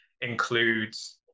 includes